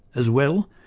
as well,